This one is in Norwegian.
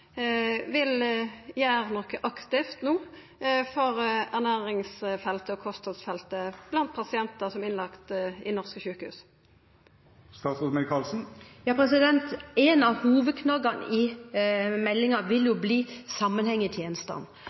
vil gjera noko aktivt no for ernærings- og kosthaldsfeltet blant pasientar som er lagde inn på norske sjukehus? En av hovedknaggene i meldingen vil bli sammenheng i tjenestene,